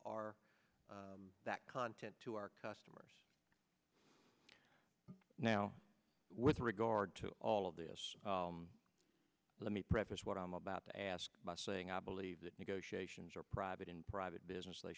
our that content to our customers now with regard to all of this let me preface what i'm about to ask saying i believe that negotiations are private in private business they